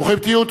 ברוכים תהיו.